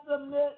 submit